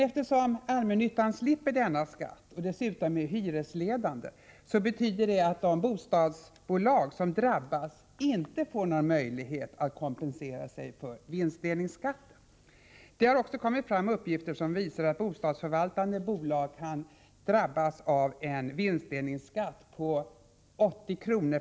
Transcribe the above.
Eftersom allmännyttan slipper denna skatt och dessutom är hyresledande, betyder detta att de bostadsbolag som drabbas inte får någon möjlighet att kompensera sig för vinstdelningsskatten. Det har också kommit fram uppgifter som visar att bostadsförvaltande bolag kan drabbas av en vinstdelningsskatt på 80 kr.